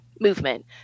movement